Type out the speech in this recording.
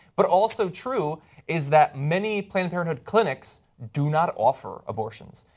but also true is that many planned parenthood clinics do not offer abortions.